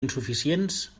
insuficients